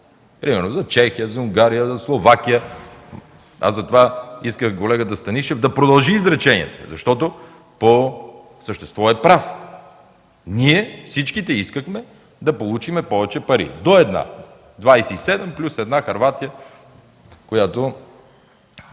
за Чехия, за Унгария, за Словакия. Затова исках колегата Станишев да продължи изречението, защото по същество е прав. Ние всички искахме да получим повече пари – двадесет и седем плюс една Хърватия, чийто